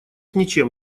ничем